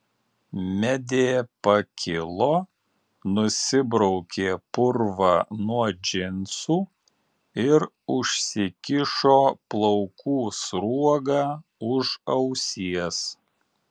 medė pakilo nusibraukė purvą nuo džinsų ir užsikišo plaukų sruogą už ausies